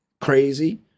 crazy